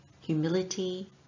humility